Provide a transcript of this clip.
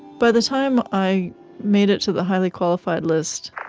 by the time i made it to the highly qualified list,